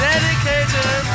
Dedicated